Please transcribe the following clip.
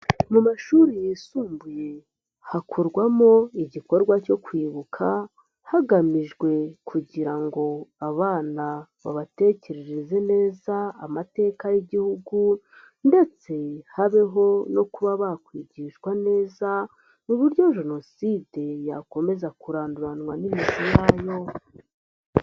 Mu mashuri yisumbuye hakorwamo igikorwa cyo kwibuka, hagamijwe kugira ngo abana babatekerereze neza amateka y'igihugu ndetse habeho no kuba bakwigishwa neza uburyo Jenoside yakomeza kuranduranwa n'imizi yayo.